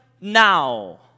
now